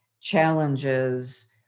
challenges